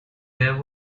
there